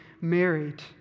married